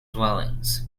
dwellings